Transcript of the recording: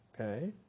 Okay